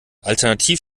alternativ